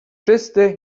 czysty